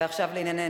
ועכשיו לענייננו.